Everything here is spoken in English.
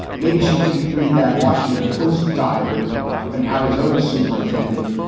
maybe she didn't read that washington post diary of an arizona superintendent,